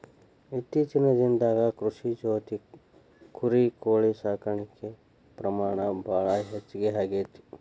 ಇತ್ತೇಚಿನ ದಿನದಾಗ ಕೃಷಿ ಜೊತಿ ಕುರಿ, ಕೋಳಿ ಸಾಕಾಣಿಕೆ ಪ್ರಮಾಣ ಭಾಳ ಹೆಚಗಿ ಆಗೆತಿ